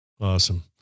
Awesome